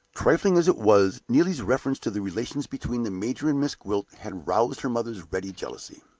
trifling as it was, neelie's reference to the relations between the major and miss gwilt had roused her mother's ready jealousy.